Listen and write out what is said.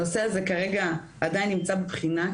הנושא הזה כרגע עדיין נמצא בבחינה,